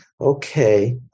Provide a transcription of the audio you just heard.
okay